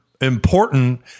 important